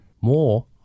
More